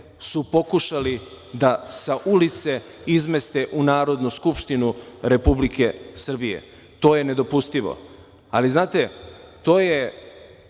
su pokušali da sa ulice izmeste u Narodnu skupštinu Republike Srbije. To je nedopustivo. To je